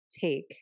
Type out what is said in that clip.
take